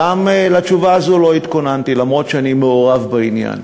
גם לשאלה הזאת לא התכוננתי, אף שאני מעורב בעניין.